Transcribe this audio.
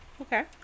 Okay